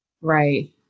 Right